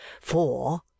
For